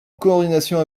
coordination